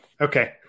Okay